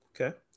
Okay